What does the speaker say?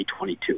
2022